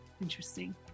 interesting